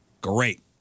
Great